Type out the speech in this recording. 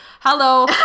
hello